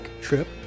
trip